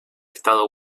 estado